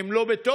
הם לא בתוקף,